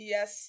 Yes